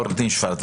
עורך דין שפט,